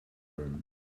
room